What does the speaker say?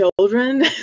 children